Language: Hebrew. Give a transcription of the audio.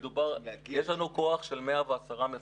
יש לנו כוח של 110 מפקחים,